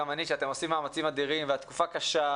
גם אני חושב שאתם עושים מאמצים אדירים בתקופה קשה,